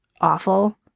awful